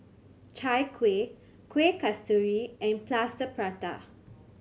Chai Kuih Kueh Kasturi and Plaster Prata